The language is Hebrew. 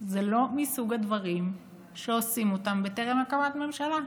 זה לא מסוג הדברים שעושים אותם בטרם הקמת ממשלה.